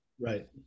right